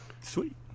Sweet